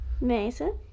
Mason